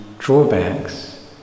drawbacks